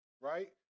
right